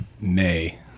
Nay